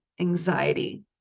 anxiety